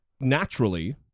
naturally